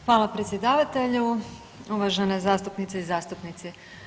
Hvala predsjedavatelju, uvažene zastupnice i zastupnici.